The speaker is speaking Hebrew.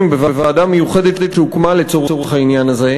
בוועדה מיוחדת שהוקמה לצורך העניין הזה,